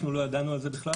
אנחנו לא ידענו על זה בכלל.